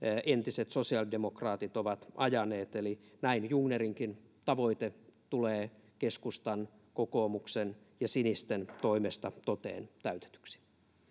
entiset sosiaalidemokraatit ovat ajaneet eli näin jungnerinkin tavoite tulee keskustan kokoomuksen ja sinisten toimesta toteen täytetyksi